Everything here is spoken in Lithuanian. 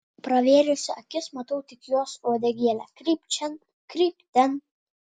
pravėrusi akis matau tik jos uodegėlę krypt šen krypt ten